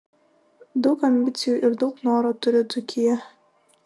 daug ambicijų ir daug noro turi dzūkija